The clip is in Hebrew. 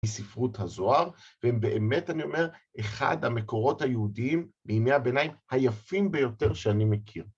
מספרות הזוהר, והם באמת אני אומר, אחד המקורות היהודיים בימי הביניים היפים ביותר שאני מכיר.